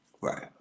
Right